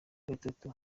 gatatu